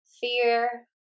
fear